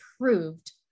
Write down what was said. approved